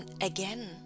again